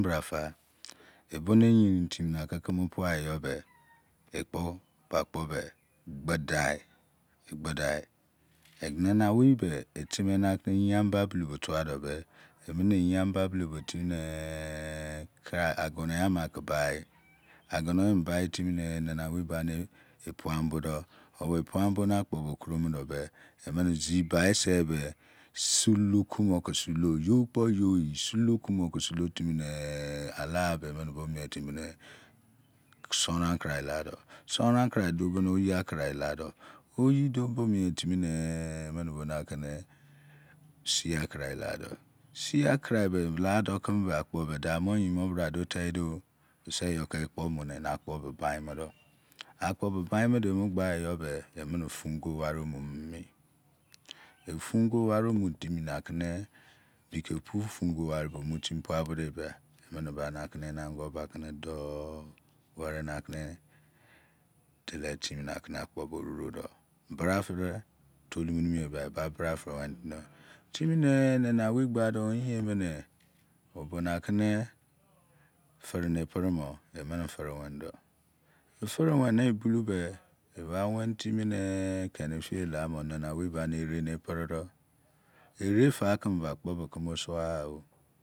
Brafa ebene yerin timi kene pua eyo be ekpo ba akpo be gbuda gbudai nana owei eteme nakene eyin amba bo tuadbe emene eyi amba bulou bo timi ke agonoye amene bai timine alana owei ba epuao bo dor obone epuabo akpo bo kromudo e emezibai sibe emene sulo kumo ke sulotimine alube emene bo mietimi soro nakria kulo soronakria duo so mietimi bo soro nakria duo bo na ke oyilakria duo oyi duoie timi ne sii akria ladado sii akria lado keme be akpo be da mo yimo bra duo teido biseyo ke emo ena kpo be bimodo ena kpo be bin mode gbaiyi yobe emene bo fun wari omuninimi fun go wari bo mietimi malce bike pua opu fun wari duo bode bia emene bane ango bakedo doloue timi nake werina ke akpo so ororodo bra fere wenido timine narowei gba inye bene obo nakene fre eprebo efere weni do efere weniyi bulou be ba weni timine kefir laimbo akna owei dene ere epredo ere relakeme bakpo be keme osuogha